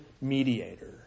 mediator